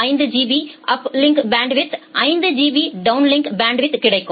5 GB uplink பேண்ட்வித்தும் 5 GB downlink பேண்ட்வித்தும் கிடைக்கும்